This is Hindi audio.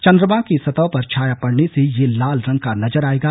चन्द्रमा की सतह पर छाया पड़ने से यह लाल रंग का नजर आएगा